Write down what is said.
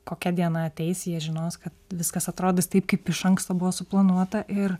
kokia diena ateis jie žinos kad viskas atrodys taip kaip iš anksto buvo suplanuota ir